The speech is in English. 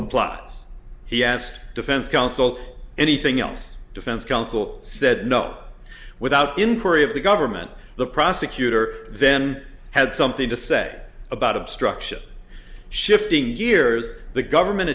complots he asked defense counsel anything else defense counsel said no without inquiry of the government the prosecutor then had something to say about obstruction shifting gears the government